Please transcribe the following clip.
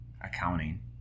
accounting